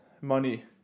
money